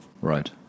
right